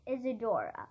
Isadora